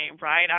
right